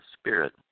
spirit